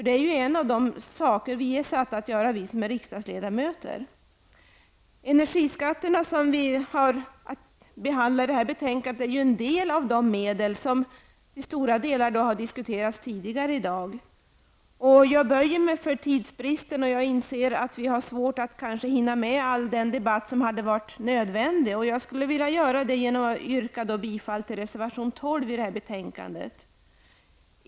Det är de saker vi som riksdagsledamöter är satta att göra. Energiskatterna som vi har att behandla i detta betänkande är en del av de medel som till stora delar har diskuterats tidigare i dag. Jag böjer mig för tidsbristen, och jag inser att vi har svårt att hinna med all den debatt som hade varit nödvändig. Jag yrkar därför bifall till reservation 12 i betänkandet.